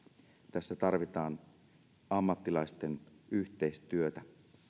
tässä tarvitaan ammattilaisten yhteistyötä